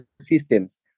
systems